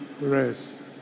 rest